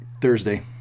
Thursday